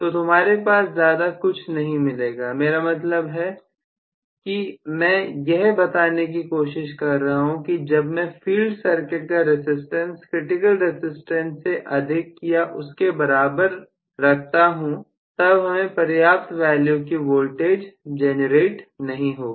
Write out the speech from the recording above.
तो तुम्हारे पास ज्यादा कुछ नहीं मिलेगा मेरा मतलब यह है कि मैं यह बताने की कोशिश कर रहा हूं कि जब भी फील्ड सर्किट का रसिस्टेंस क्रिटिकल रसिस्टेंस से अधिक या उसके बराबर होगा तब हमें पर्याप्त वैल्यू की वोल्टेज जनरेट नहीं होगी